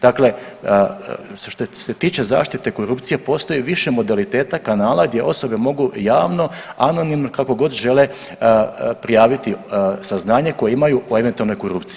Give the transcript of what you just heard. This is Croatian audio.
Dakle, što se tiče zaštite korupcije postoji više modaliteta, kanala gdje osobe mogu javno, anonimno, kako god žele prijaviti saznanje koje imaju o eventualnoj korupciji.